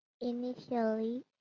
Initially